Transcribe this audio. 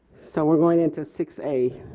so we are going into six a,